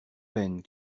peine